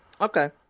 Okay